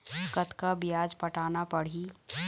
कतका ब्याज पटाना पड़ही?